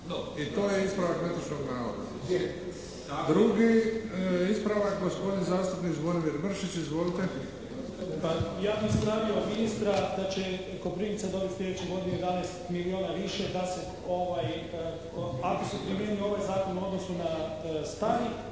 I to je ispravak netočnog navoda. Drugi ispravak, gospodin zastupnik Zvonimir Mršić. Izvolite. **Mršić, Zvonimir (SDP)** Pa ja bih ispravio ministra da će Koprivnica dobiti sljedeće godine 11 milijuna više da se, ako se primijeni ovaj zakon u odnosu na stari.